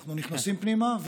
אנחנו נכנסים פנימה,